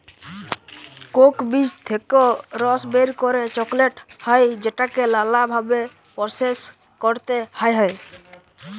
Coke বীজ থেক্যে রস বের করে চকলেট হ্যয় যেটাকে লালা ভাবে প্রসেস ক্যরতে হ্য়য়